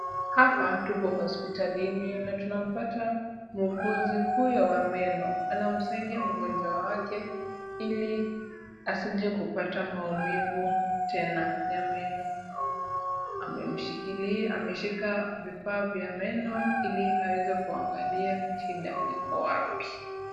Hapa tupo hospitalini na tunampata muuguzi huyo wa meno. Anamsaidia mgonjwa wake ili asije kupata maumivu tena ya meno. Ameshika vifaa vya meno ili aweze kuangalia shida iko wapi.